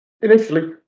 initially